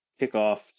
kickoff